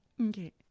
Okay